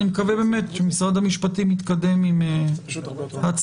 ואני מקווה באמת שמשרד המשפטים יתקדם עם הצעת